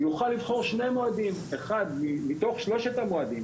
יוכל לבחור שני מועדים מתוך שלושת המועדים,